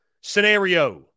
scenario